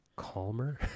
Calmer